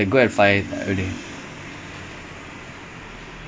ya அப்போ நம்ம நம்ம காலைல போனா:appo namma namma kaalaila ponaa we should be fine right